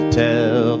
tell